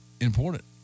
important